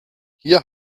hier